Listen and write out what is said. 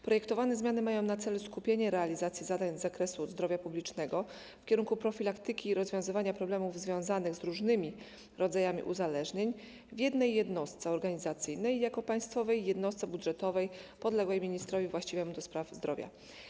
Projektowane zmiany mają na celu skupienie realizacji zadań z zakresu zdrowia publicznego w kierunku profilaktyki i rozwiązywania problemów związanych z różnymi rodzajami uzależnień w jednej jednostce organizacyjnej jako państwowej jednostce budżetowej podległej ministrowi właściwemu do spraw zdrowia.